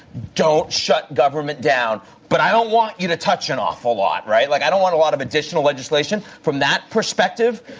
don't shut government down, but i don't want you to touch an awful lot, right? like, i don't want a lot of additional legislation. from that perspective,